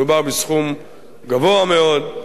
מדובר בסכום גבוה מאוד,